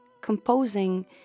composing